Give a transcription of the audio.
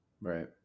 Right